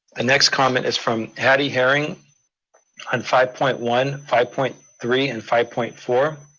ah next comment is from hattie haring on five point one, five point three and five point four.